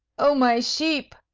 oh, my sheep!